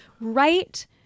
right